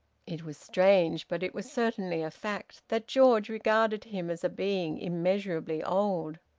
it was strange, but it was certainly a fact, that george regarded him as a being immeasurably old.